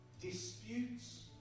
Disputes